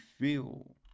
feel